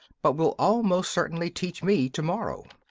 but will almost certainly teach me to-morrow.